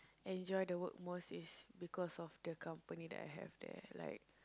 enjoy the work most is because of the company that I have there like